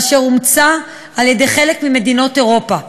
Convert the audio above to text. אשר אומצה על-ידי חלק ממדינות אירופה.